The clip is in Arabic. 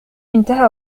إنتهى